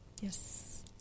Yes